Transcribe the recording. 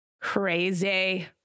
Crazy